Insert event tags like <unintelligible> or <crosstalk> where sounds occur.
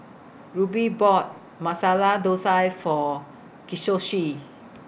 Rube bought Masala Dosa For <unintelligible>